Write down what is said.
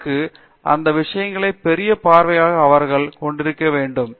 இதற்கு அந்த விஷயங்களுக்குக் பெரிய பார்வையை அவர்கள் கொண்டிருக்க வேண்டும்